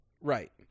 Right